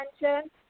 attention